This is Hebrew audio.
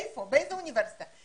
אין קורס השלמה.